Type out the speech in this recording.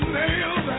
nails